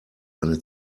eine